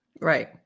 Right